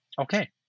Okay